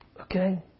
Okay